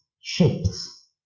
shapes